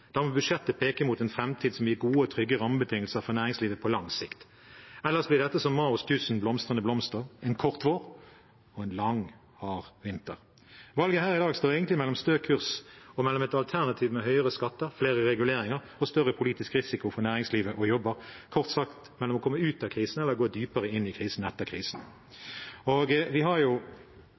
Da må budsjettet peke mot en framtid som gir gode og trygge rammebetingelser for næringslivet på lang sikt. Ellers blir dette som Maos tusen blomstrende blomster: en kort vår og en lang, hard vinter. Valget her i dag står egentlig mellom stø kurs og et alternativ med høyere skatter, flere reguleringer og større politisk risiko for næringsliv og jobber, kort sagt mellom å komme ut av krisen og å gå dypere inn i krisen etter krisen. Vi har